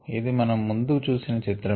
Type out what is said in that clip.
ఇది మనం ముందు చూసిన చిత్రమే